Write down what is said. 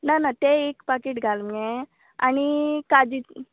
ना ना तें एक पाकीट घाल मगे आनी काजीचीं